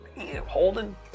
Holding